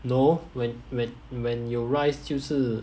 no when when when 有 rice 就是